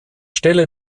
stelle